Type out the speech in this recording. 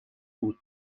بود